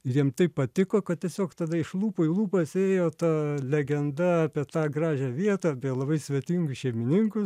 ir jiem taip patiko kad tiesiog tada iš lūpų į lūpas ėjo ta legenda apie tą gražią vietą apie labai svetingus šeimininkus